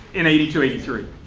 in eighty two eighty three.